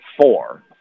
four